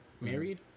married